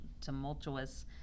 tumultuous